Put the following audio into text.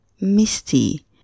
Misty